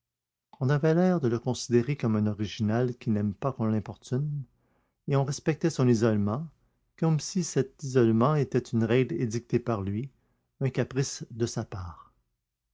on avait l'air de le considérer comme un original qui n'aime pas qu'on l'importune et on respectait son isolement comme si cet isolement était une règle édictée par lui un caprice de sa part